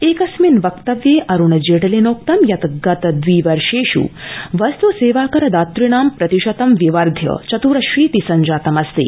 एकस्मिन् वक्तव्ये अरूण जेटलिनोक्तं यत् गत द्वि वर्षेष् वस्त् सेवा कर दातृणां प्रतिशतं विवर्ध्य चत्रशीति सञ्जातमस्ति